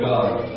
God